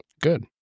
Good